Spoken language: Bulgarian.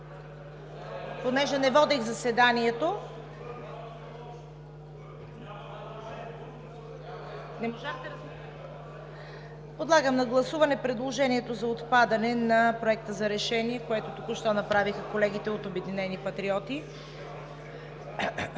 понеже не водех заседанието. Подлагам на гласуване предложението за отпадане на Проекта за решение, което току-що направиха колегите от „Обединени патриоти“.